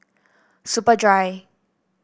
Superdry